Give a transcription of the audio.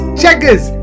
checkers